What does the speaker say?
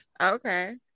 okay